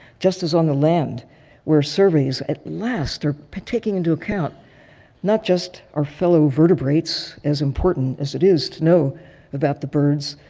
just as on the land where surveys at last are taking into account not just our fellow vertebrates as important as it is to know about the birds,